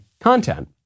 content